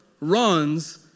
runs